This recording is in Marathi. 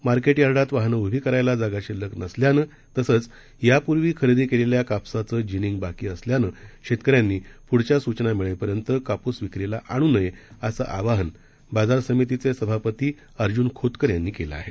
मार्केटयार्डातवाहनंउभीकरायलाजागाशिल्लकनसल्यानंतसंचयापूर्वीखरेदीकेलेल्याकापसाचंजिनिंगबाकीअसल्यानंशेतकऱ्यांनीपुढच्यासूच नामिळेपर्यंतकापूसविक्रीसआणूनये असंआवाहनबाजारसमितीचेसभापतीअर्जुनखोतकरयांनीकेलंआहे